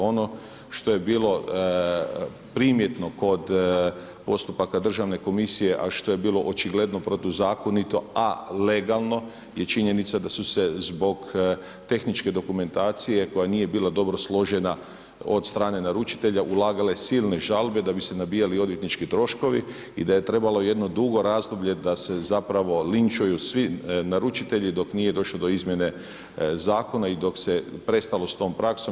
Ono što je bilo primjetno kod postupaka Državne komisije, a što je bilo očigledno protuzakonito a legalno je činjenica da su se zbog tehničke dokumentacije koja nije bila dobro složena od strane naručitelja ulagale silne žalbe da bi se nabijali odvjetnički troškovi i da je trebalo jedno dugo razdoblje da se zapravo linčuju svi naručitelji dok nije došlo do izmjene zakona i dok se prestalo s tom praksom.